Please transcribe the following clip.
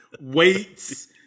weights